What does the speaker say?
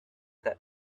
that